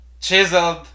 chiseled